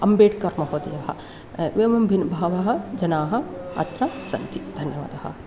आम्बेडकरमहोदयः एवं बि बहवः जनाः अत्र सन्ति धन्यवादः